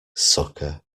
sucker